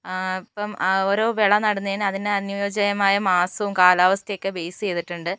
അപ്പം ഓരോ വിള നടുന്നതിന് അതിന് അനുയോജ്യമായ മാസവും കാലാവസ്ഥയും ഒക്കെ ബെയ്സ് ചെയ്തിട്ടുണ്ട്